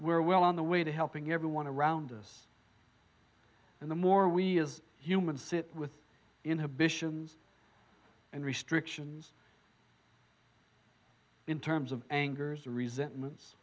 we're well on the way to helping everyone around us and the more we as humans sit with inhibitions and restrictions in terms of angers or resentments